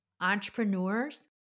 Entrepreneurs